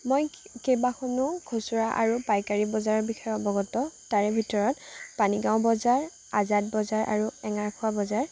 মই কেইবাখনো খুচুৰা আৰু পাইকাৰী বজাৰৰ বিষয়ে অৱগত তাৰে ভিতৰত পানীগাঁও বজাৰ আজাদ বজাৰ আৰু এঙাৰখোৱা বজাৰ